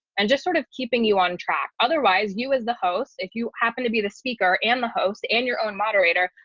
and just sort of keeping you on track. otherwise, you as the host, if you happen to be the speaker, and the host and your own moderator,